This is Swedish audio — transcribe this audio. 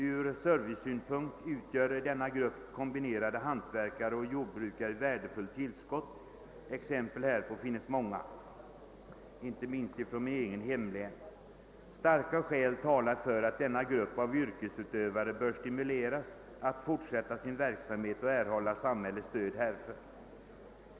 Ur servicesynpunkt utgör denna grupp av kombinerade hantverkare och jordbrukare ett värdefullt tillskott. Exempel härpå finns många, inte minst från mitt hemlän. Starka skäl talar för att denna grupp av yrkesutövare bör stimuleras att fortsätta sin verksamhet och erhålla samhällets stöd härför.